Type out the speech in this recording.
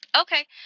Okay